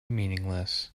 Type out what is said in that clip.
meaningless